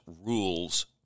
rules